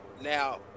now